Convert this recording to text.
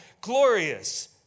glorious